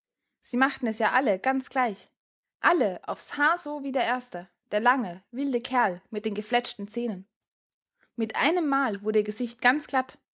sie machten es ja alle ganz gleich alle aufs haar so wie der erste der lange wilde kerl mit den gefletschten zähnen mit einemmal wurde ihr gesicht ganz glatt